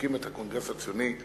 את הקונגרס הציוני,